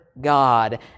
God